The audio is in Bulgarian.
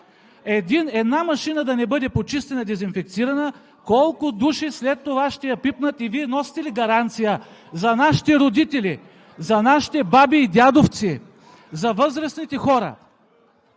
Една машина да не бъде почистена и дезинфекцирана, колко души след това ще я пипнат и Вие носите ли гаранция за нашите родители, за нашите баби и дядовци, за възрастните хора?